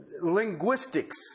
linguistics